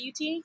UT